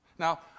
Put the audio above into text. Now